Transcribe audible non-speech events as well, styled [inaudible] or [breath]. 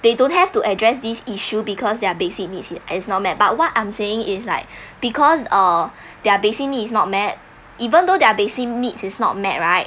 they don't have to address this issue because their basic needs is not met but what I'm saying is like [breath] because uh [breath] their basic need is not met even though their basic need is not met right